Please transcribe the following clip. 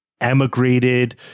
emigrated